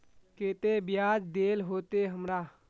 केते बियाज देल होते हमरा?